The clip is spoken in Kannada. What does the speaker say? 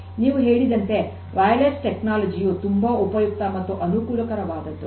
ನೀವು ಹೇಳಿದಂತೆ ವಯರ್ಲೆಸ್ ಟೆಕ್ನಾಲಜಿ ಯು ತುಂಬ ಉಪಯುಕ್ತ ಮತ್ತು ಅನುಕೂಲಕರವಾದದ್ದು